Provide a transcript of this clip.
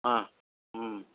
ಹಾಂ ಹ್ಞೂ